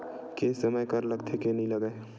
के समय कर लगथे के नइ लगय?